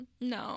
no